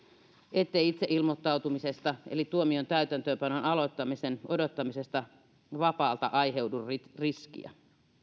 ettei itseilmoittautumisesta eli tuomion täytäntöönpanon aloittamisen odottamisesta vapaalla aiheudu riskiä